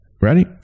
ready